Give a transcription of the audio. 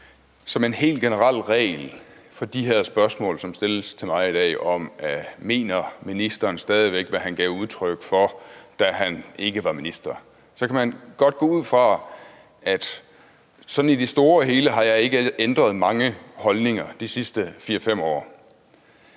Som en helt generel regel for de spørgsmål, som stilles til mig her i dag om, om ministeren stadig væk mener, hvad han gav udtryk for, da han ikke var minister, kan man godt gå ud fra, at sådan i det store og hele har jeg ikke ændret mange holdninger de sidste 4-5 år.